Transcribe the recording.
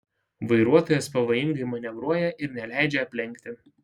vairuotojas pavojingai manevruoja ir neleidžia aplenkti